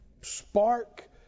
spark